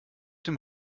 dem